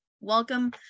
Welcome